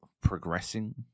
progressing